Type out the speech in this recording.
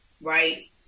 right